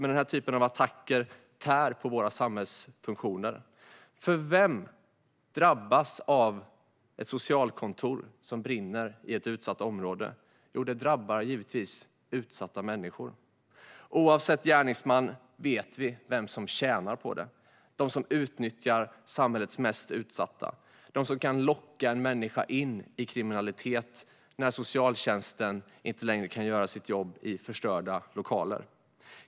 Men den här typen av attacker tär på våra samhällsfunktioner, för vem drabbas av ett socialkontor som brinner i ett utsatt område? Jo, det drabbar givetvis utsatta människor. Oavsett gärningsman vet vi vem som tjänar på det, nämligen de som utnyttjar samhällets mest utsatta, de som kan locka en människa in i kriminalitet när socialtjänsten inte längre kan göra sitt jobb i förstörda lokaler.